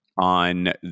on